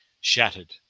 shattered